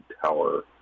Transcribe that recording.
tower